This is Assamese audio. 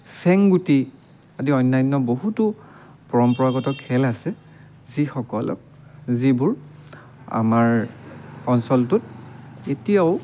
ছেংগুটি আদি অন্যান্য বহুতো পৰম্পৰাগত খেল আছে যিসকলক যিবোৰ আমাৰ অঞ্চলটোত এতিয়াও